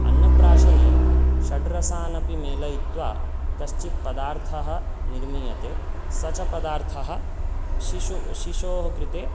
अन्नप्राशने षड्रसानपि मेलयित्वा कश्चित् पदार्थः निर्मीयते स च पदार्थः शिशु शिशोः कृते